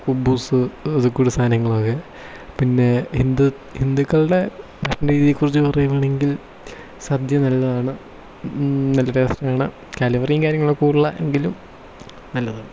കുബ്ബൂസ് ഇതുപോലത്തെ സാധങ്ങളൊക്കെ പിന്നെ ഹിന്ദു ഹിന്ദുക്കളുടെ ഭക്ഷണ രീതിയെക്കുറിച്ചു പറയുകയാണെങ്കിൽ സദ്യ നല്ലതാണ് നല്ല ടേസ്റ്റ് ആണ് കലോറിയും കാര്യങ്ങളൊക്കെ കൂടുതലാണ് എങ്കിലും നല്ലതാണ്